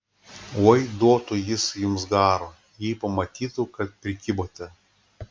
oi duotų jis jums garo jei pamatytų kad prikibote